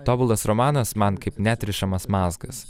tobulas romanas man kaip neatrišamas mazgas